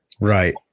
Right